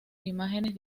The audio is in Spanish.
imágenes